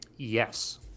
Yes